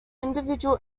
individual